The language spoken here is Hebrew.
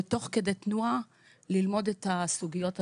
ותוך כדי תנועה ללמוד את הסוגיות הנוספות,